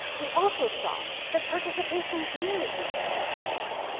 we also saw that participation in community groups increased.